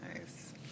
Nice